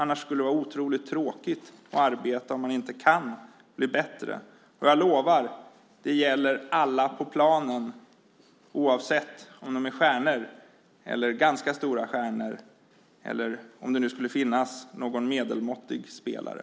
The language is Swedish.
Det skulle ju vara otroligt tråkigt att arbeta om man inte kunde bli bättre. Och jag lovar att det gäller alla på planen oavsett om de är stjärnor, ganska stora stjärnor eller om det nu skulle finnas någon medelmåttig spelare.